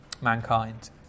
mankind